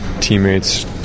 teammates